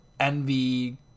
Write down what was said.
envy